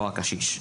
או הקשיש.